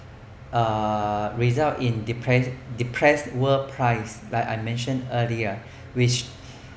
uh result in depressed depressed world price like I mentioned earlier which